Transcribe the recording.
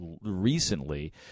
recently